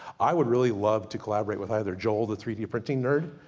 i would really love to collaborate with either, joel the three d printing nerd,